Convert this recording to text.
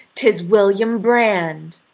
tis william brand!